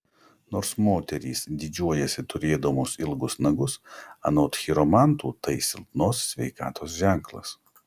nors moterys didžiuojasi turėdamos ilgus nagus anot chiromantų tai silpnos sveikatos ženklas